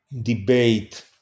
debate